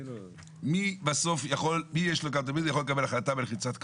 מי בסוף יכול, תמיד יכול לקבל החלטה בלחיצת כפתור.